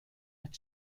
what